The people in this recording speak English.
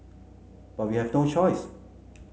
but we have no choice